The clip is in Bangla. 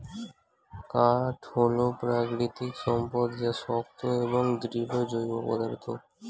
কাঠ হল প্রাকৃতিক সম্পদ যা শক্ত এবং দৃঢ় জৈব পদার্থ